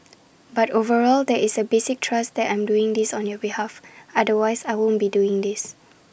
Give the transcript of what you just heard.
but overall there is that basic trust that I'm doing this on your behalf otherwise I wouldn't be doing this